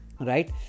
right